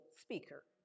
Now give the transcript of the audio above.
speaker